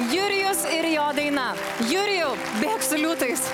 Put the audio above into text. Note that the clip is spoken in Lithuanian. jurijus ir jo daina jurijau bėk su liūtais